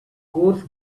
coarse